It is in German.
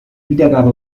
wiedergabe